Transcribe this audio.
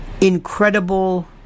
incredible